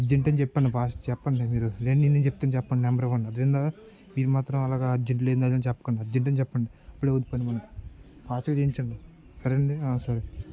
urgent అని చెప్పండి చెప్పండి మీరు రండి నేను చెప్తాను చెప్పండి నెంబర్ ఇవ్వండి మీరు మాత్రం అలాగా అర్జెంట్ లేదని అదని చెప్పకండి అర్జెంట్ అని చెప్పండి అప్పుడే అవ్వుది పని ఫాస్ట్గా చేయించండి సరే అండి